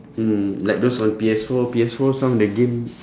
mm like those from P_S four P_S four some of the game